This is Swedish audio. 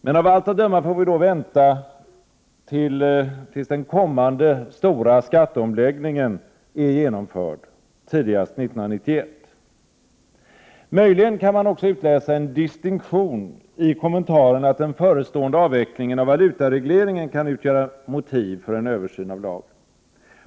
Men av allt att döma får vi vänta tills den kommande stora skatteomläggningen är genomförd, tidigast 1991. Möjligen kan man också utläsa en distinktion i kommentaren att den förestående avvecklingen av valutaregleringen kan utgöra motiv för en översyn av lagen.